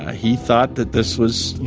ah he thought that this was,